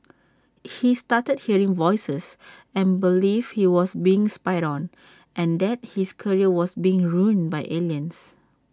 he started hearing voices and believed he was being spied on and that his career was being ruined by aliens